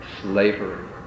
slavery